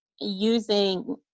using